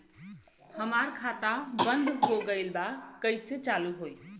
हमार खाता बंद हो गईल बा कैसे चालू होई?